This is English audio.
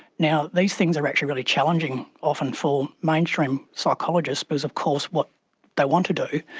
now, these things are actually really challenging often for mainstream psychologists because of course what they want to do,